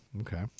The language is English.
okay